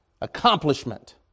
accomplishment